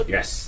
Yes